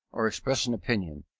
or express an opinion,